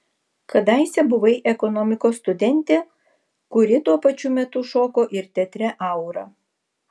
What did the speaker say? kadaise buvai ekonomikos studentė kuri tuo pačiu metu šoko ir teatre aura